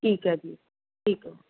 ਠੀਕ ਹੈ ਜੀ ਠੀਕ ਹੈ